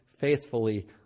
faithfully